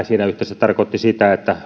siinä yhteydessä tarkoitti sitä että